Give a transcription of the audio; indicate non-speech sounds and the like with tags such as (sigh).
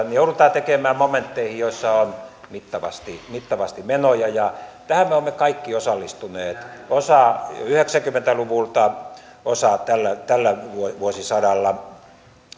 (unintelligible) niin joudutaan tekemään momentteihin joissa on mittavasti mittavasti menoja ja tähän me olemme kaikki osallistuneet osa yhdeksänkymmentä luvulta osa tällä tällä vuosisadalla